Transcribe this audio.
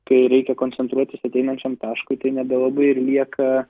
kai reikia koncentruotis ateinančiam taškui tai nebelabai ir lieka